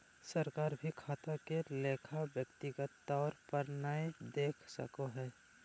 सरकार भी खाता के लेखा व्यक्तिगत तौर पर नय देख सको हय